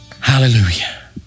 Hallelujah